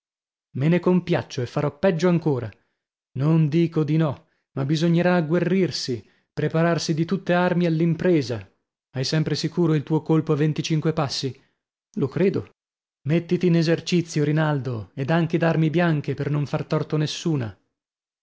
me ne compiaccio e farò peggio ancora non dico di no ma bisognerà agguerrirsi prepararsi di tutte armi all'impresa hai sempre sicuro il tuo colpo a venticinque passi lo credo mettiti in esercizio rinaldo ed anche d'armi bianche per non far torto a nessuna